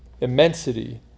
immensity